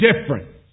difference